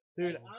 Dude